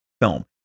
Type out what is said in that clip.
film